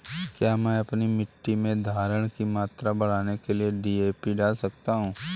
क्या मैं अपनी मिट्टी में धारण की मात्रा बढ़ाने के लिए डी.ए.पी डाल सकता हूँ?